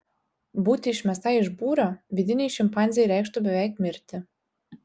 būti išmestai iš būrio vidinei šimpanzei reikštų beveik mirti